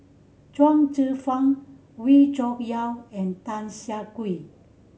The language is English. Chuang Zhi Fang Wee Cho Yaw and Tan Siah Kwee